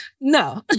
No